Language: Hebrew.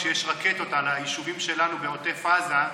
כשיש רקטות על היישובים שלנו בעוטף עזה,